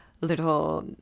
little